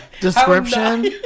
Description